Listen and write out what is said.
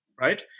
right